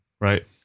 Right